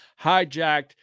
hijacked